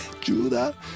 Judah